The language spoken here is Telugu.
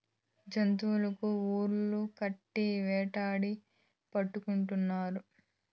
జంతులకి ఉర్లు కట్టి వేటాడి పట్టుకుంటారు